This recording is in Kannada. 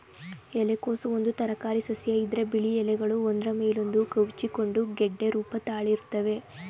ಎಲೆಕೋಸು ಒಂದು ತರಕಾರಿಸಸ್ಯ ಇದ್ರ ಬಿಳಿ ಎಲೆಗಳು ಒಂದ್ರ ಮೇಲೊಂದು ಕವುಚಿಕೊಂಡು ಗೆಡ್ಡೆ ರೂಪ ತಾಳಿರ್ತವೆ